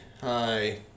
hi